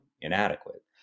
inadequate